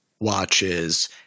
watches